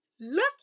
look